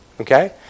okay